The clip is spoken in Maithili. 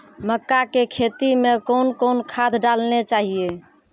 मक्का के खेती मे कौन कौन खाद डालने चाहिए?